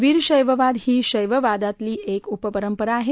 वीरशैववाद ही शैववादातली एक उपपरंपरा आहे